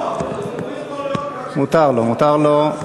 לא, אבל הוא לא יכול להיות, מותר לו, מותר לו.